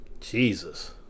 Jesus